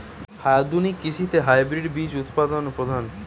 আধুনিক কৃষিতে হাইব্রিড বীজ উৎপাদন প্রধান